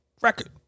record